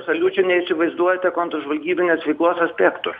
absoliučiai neįsivaizduojate kontržvalgybinės veiklos aspektų